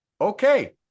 Okay